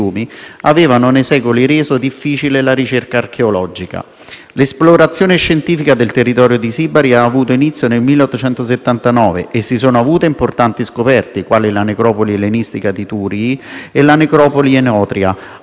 L'esplorazione scientifica del territorio di Sibari ha avuto inizio nel 1879 e si sono avute importanti scoperte quali la necropoli ellenistica di Turi e la necropoli enotria ed un insediamento del periodo bronzo-ferro all'area di Torre Mordillo.